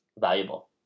valuable